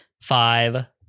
five